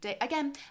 again